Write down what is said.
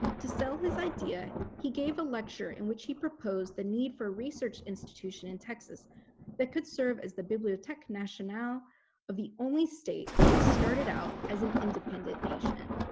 to sell his idea, he gave a lecture in which he proposed the need for research institution in texas that could serve as the bibliotheque nationale of the only state that started out as an independent nation.